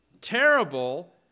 terrible